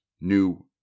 new